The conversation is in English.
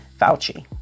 Fauci